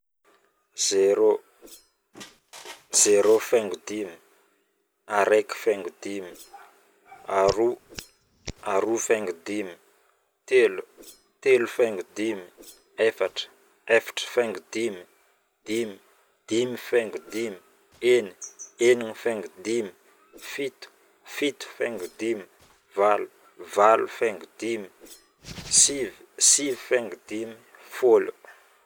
Zéro, zéro faingo dimy, araiky, araiky faingo dimy, aroa, aroa faingo dimy, telo, telo faingo dimy, efatra, efatra faingo dimy, dimy, dimy faingo dimy, eni, enina faingo dimy, fito, fito faingo dimy, valo, valo faingo dimy, sivy, sivy faingo dimy, folo